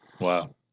Wow